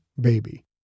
baby